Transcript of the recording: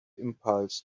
impulse